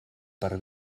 per